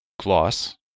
Gloss